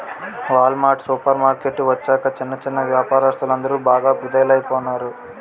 wall mart supermarket వచ్చాక చిన్న చిన్నా వ్యాపారస్తులందరు బాగా కుదేలయిపోనారు